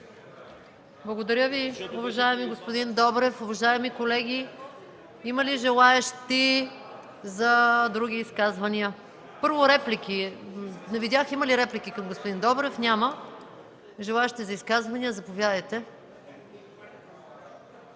Благодаря Ви, уважаеми господин Добрев. Уважаеми колеги, има ли желаещи за други изказвания? Не видях има ли реплики към господин Добрев – няма. Желаещи за изказване? Заповядайте,